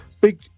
Big